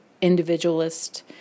individualist